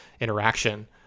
interaction